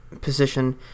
position